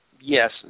Yes